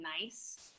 nice